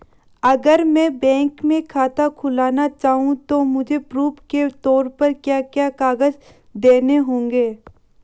अगर मैं बैंक में खाता खुलाना चाहूं तो मुझे प्रूफ़ के तौर पर क्या क्या कागज़ देने होंगे?